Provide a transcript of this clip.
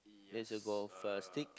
there's a golf plastic